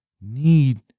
need